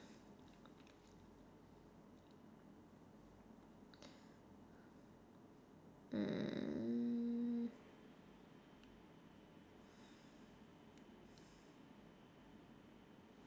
mm